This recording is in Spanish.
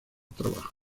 trabajo